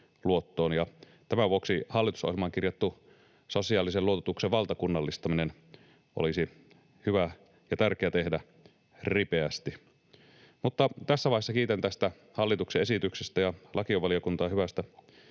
tämän vuoksi hallitusohjelmaan kirjattu sosiaalisen luototuksen valtakunnallistaminen olisi hyvä ja tärkeä tehdä ripeästi. Mutta tässä vaiheessa kiitän tästä hallituksen esityksestä ja lakivaliokuntaa hyvästä